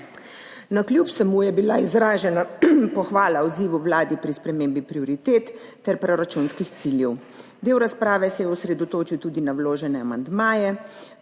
Navkljub vsemu je bila izražena pohvala odzivu vlade pri spremembi prioritet ter proračunskih ciljev. Del razprave se je osredotočil tudi na vložene amandmaje